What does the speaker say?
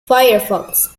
firefox